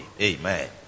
Amen